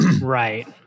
Right